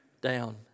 down